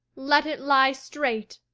let it lie straight!